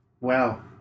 Wow